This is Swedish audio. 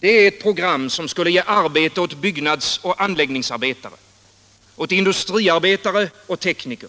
Det är ett program som skulle ge arbete åt byggnadsoch anläggningsarbetare. Åt industriarbetare och tekniker.